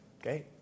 Okay